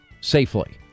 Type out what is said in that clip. safely